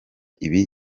ibi